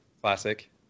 Classic